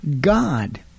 God